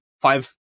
five